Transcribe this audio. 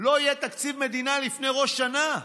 לא יהיה תקציב מדינה לפני ראש השנה.